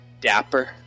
Dapper